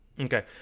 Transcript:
Okay